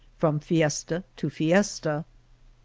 from fiesta to fiesta.